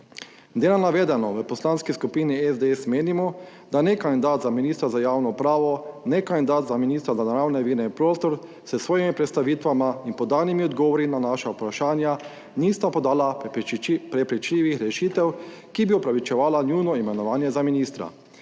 na navedeno v Poslanski skupini SDS menimo, da ne kandidat za ministra za javno upravo ne kandidat za ministra za naravne vire in prostor s svojimi predstavitvami in podanimi odgovori na naša vprašanja nista podala prepričljivih rešitev, ki bi opravičevala njuno imenovanje za ministra.